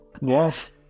yes